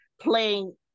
playing